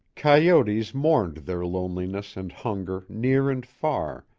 coyotes mourned their loneliness and hunger near and far,